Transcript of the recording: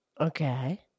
Okay